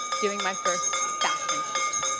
doing my first fashion shoot,